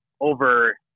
over